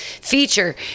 Feature